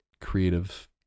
creative